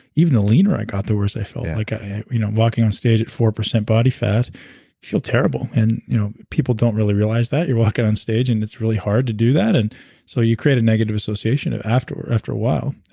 even the leaner i got, the worse i felt like yeah you know walking on stage at four percent body fat, you feel terrible. and you know people don't really realize that you're walking on stage and it's really hard to do that. and so you create a negative association after after a while,